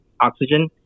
oxygen